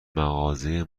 مغازه